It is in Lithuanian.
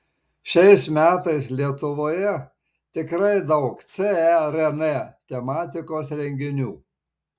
šiais metais lietuvoje tikrai daug cern tematikos renginių